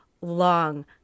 long